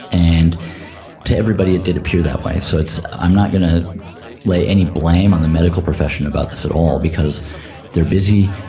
and to everybody it did appear that way, so i'm not going to lay any blame on the medical profession about this at all because they are busy,